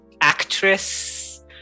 Actress